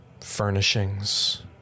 furnishings